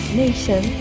nation